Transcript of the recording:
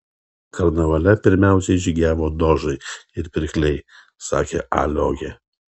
karnavale pirmiausiai žygiavo dožai ir pirkliai sakė a liogė